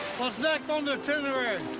what's next on the itinerary?